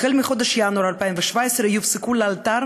החל בחודש ינואר 2017 יופסקו לאלתר